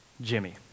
Jimmy